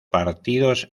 partidos